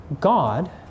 God